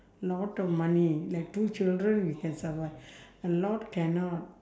lot of money like two children we can survive a lot cannot